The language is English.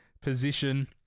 position